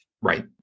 Right